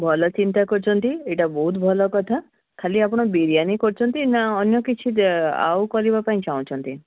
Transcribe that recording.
ଭଲ ଚିନ୍ତା କରୁଛନ୍ତି ଏଇଟା ବହୁତ ଭଲ କଥା ଖାଲି ଆପଣ ବିରିୟାନୀ କରୁଛନ୍ତି ନା ଅନ୍ୟ କିଛି ଦେ ଆଉ କରିବା ପାଇଁ ଚାହୁଁଛନ୍ତି